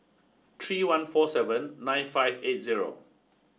three one four seven nine five eight zero